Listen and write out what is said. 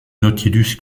nautilus